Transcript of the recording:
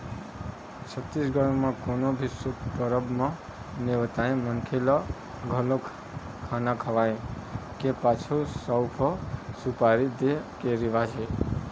छत्तीसगढ़ म कोनो भी शुभ परब म नेवताए मनखे ल घलोक खाना खवाए के पाछू सउफ, सुपारी दे के रिवाज हे